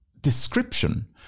description